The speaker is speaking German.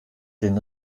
den